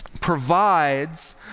provides